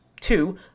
two